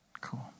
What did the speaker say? cool